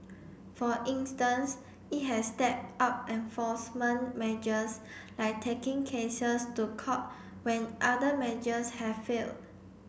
for instance it has stepped up enforcement measures like taking cases to court when other measures have failed